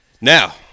Now